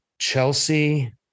Chelsea